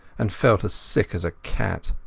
and felt as sick as a cat.